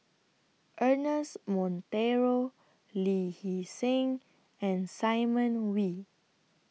Ernest Monteiro Lee Hee Seng and Simon Wee